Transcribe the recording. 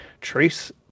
trace